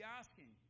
asking